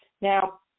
Now